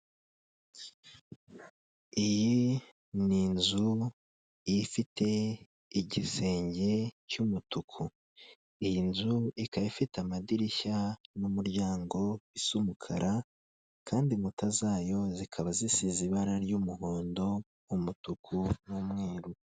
Iyi ni inzu ifite igisenge cy'umutuku. Iyi nzu ikaba ifite amadirishya n'umuryango usa umukara kandi inkuta zayo zikaba zisize ibara ry'umuhondo, umutuku, n'umweru.